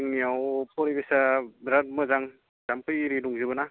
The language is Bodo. जोंनियाव फरिबेसा बिराथ मोजां जाम्फै एरि दंजोबो ना